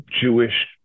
Jewish